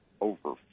over